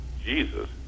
Jesus